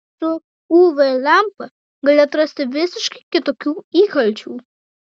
su uv lempa gali atrasti visiškai kitokių įkalčių